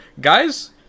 guys